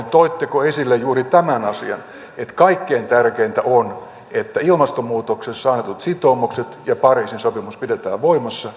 toitteko esille juuri tämän asian että kaikkein tärkeintä on että ilmastonmuutoksessa annetut sitoumukset ja pariisin sopimus pidetään voimassa